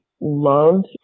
loved